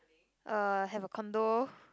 uh have a condo